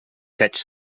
catch